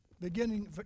beginning